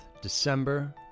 December